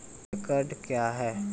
एकड कया हैं?